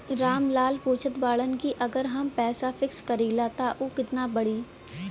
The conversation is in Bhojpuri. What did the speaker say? राम लाल पूछत बड़न की अगर हम पैसा फिक्स करीला त ऊ कितना बड़ी?